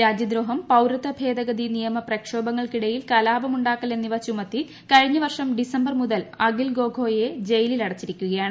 രാജ്യദ്രോഹം പൌരത്വ ഭേദഗതി നിയമ പ്രക്ഷോഭങ്ങൾക്കിടയിൽ കലാപമുണ്ടാക്കൽ എന്നിവ ചുമത്തി കഴിഞ്ഞവർഷം ഡിസംബർ മുതൽ അഖിൽ ഗോഗോയ് യെ ജയിലിൽ അടച്ചിരിക്കുകയാണ്